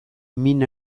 min